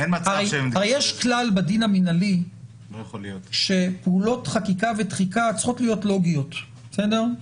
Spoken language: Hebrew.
הרי יש כלל בדין המנהלי שפעולות חקיקה ותחיקה צריכות להיות לוגיות בסדר?